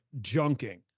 junking